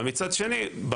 אבל מצד שני,